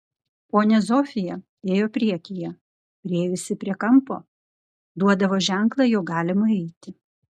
ponia zofija ėjo priekyje priėjusi prie kampo duodavo ženklą jog galima eiti